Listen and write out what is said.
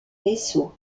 vaisseau